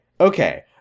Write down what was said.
Okay